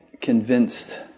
convinced